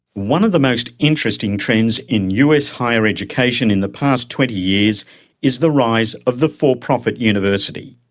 one of the most interesting trends in us higher education in the past twenty years is the rise of the for-profit university.